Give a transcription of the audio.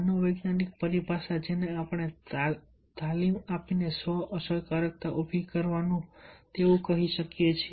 મનોવૈજ્ઞાનિક પરિભાષા જેને આપણે તાલીમ આપીને સ્વ અસરકારકતા ઊભી કરવી તેવું કહી શકાય છે